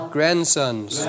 Grandsons